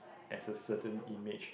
as a certain image